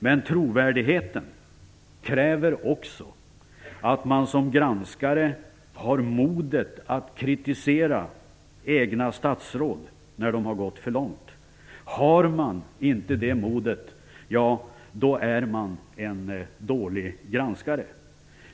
Men trovärdigheten kräver också att man som granskare har modet att kritisera egna statsråd när de har gått för långt. Har man inte det modet, då är man en dålig granskare.